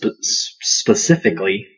specifically